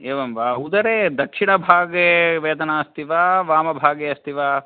एवं वा उदरे दक्षिण भागे वेदना अस्ति वा वामभागे अस्ति वा